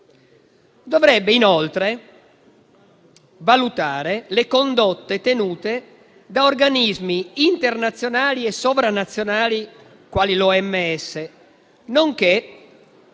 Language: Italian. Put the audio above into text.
Dovrebbe inoltre valutare le condotte tenute da organismi internazionali e sovranazionali, quali l'OMS, nonché